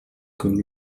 comme